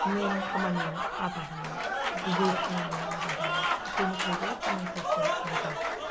मेन खामानिया आबादानो गुबै खामानिया आबादानो साख्रिनिख्रुइबो गोनांथारसिन आबाद